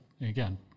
again